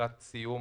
לקראת סיום,